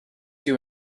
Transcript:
you